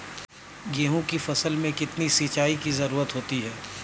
गेहूँ की फसल में कितनी सिंचाई की जरूरत होती है?